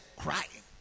crying